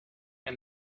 and